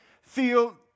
feel